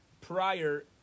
prior